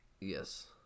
yes